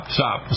stop